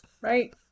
right